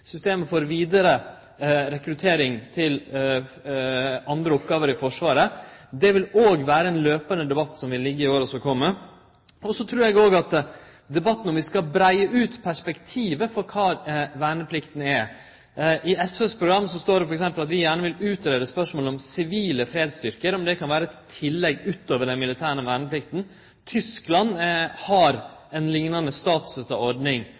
systemet for vidare rekruttering til andre oppgåver i Forsvaret vil vere ein kontinuerleg debatt i åra som kjem. Eg trur òg debatten om vi skal utvide perspektivet for kva verneplikta er, kjem. I SV sitt program står det t.d. at vi gjerne vil greie ut spørsmålet om sivile fredsstyrkar, om dei kan vere eit tillegg utover den militære verneplikta. Tyskland har ei liknande statsstøtta ordning